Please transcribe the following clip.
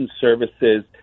services